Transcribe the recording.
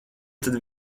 tad